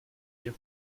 hier